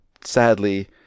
sadly